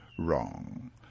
Wrong